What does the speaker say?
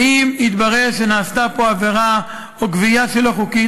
ואם יתברר שנעשתה פה עבירה או גבייה לא חוקית,